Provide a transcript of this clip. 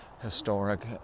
historic